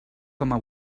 coma